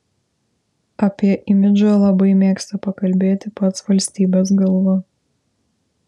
apie imidžą labai mėgsta pakalbėti pats valstybės galva